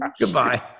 Goodbye